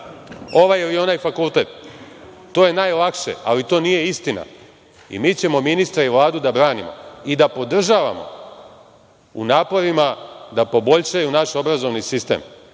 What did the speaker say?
ovaj ili onaj fakultet. To je najlakše, ali to nije istina i mi ćemo ministra i Vladu da branimo i da podržavamo u naporima da poboljšaju naš obrazovni sistem. Ovde